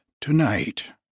Tonight